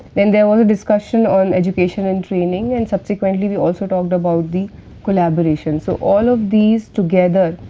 then there was a discussion on education and training and subsequently we also talked about the collaborations. so, all of these together,